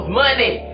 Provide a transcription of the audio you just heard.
money